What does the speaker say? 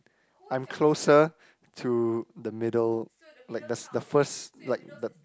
I'm closer to the middle like the the first like the